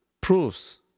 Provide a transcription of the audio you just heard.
proves